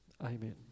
Amen